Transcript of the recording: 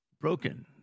broken